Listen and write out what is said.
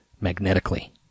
magnetically